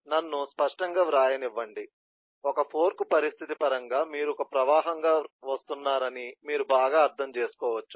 నన్ను స్పష్టంగా వ్రాయనివ్వండి ఒక ఫోర్క్ పరిస్థితి పరంగా మీరు ఒక ప్రవాహంగా వస్తున్నారని మీరు బాగా అర్థం చేసుకోవచ్చు